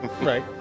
right